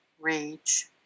rage